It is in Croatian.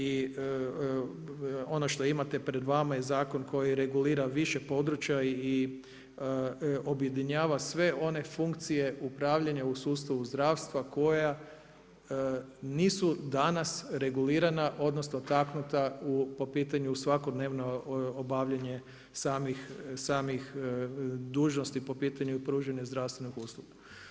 I ono što imate pred vama je zakon koji regulira više područja i objedinjava sve one funkcije upravljanja u sustavu zdravstva koja nisu danas regulirana odnosno taknuta po pitanju svakodnevnog obavljanja samih dužnosti po pitanju pružanju zdravstvenih usluga.